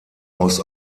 aus